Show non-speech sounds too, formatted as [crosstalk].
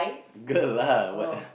girl [laughs] lah what a